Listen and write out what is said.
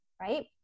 right